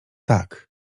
tak